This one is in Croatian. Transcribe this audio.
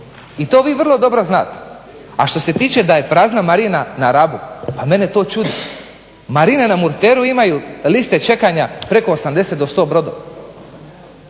i to vi vrlo dobro znate. A što se tiče da je prazna marina na Rabu, pa mene to čudi, marine na Murteru imaju listu čekanja preko 80 do 100 brodova,